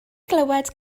glywed